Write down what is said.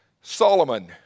Solomon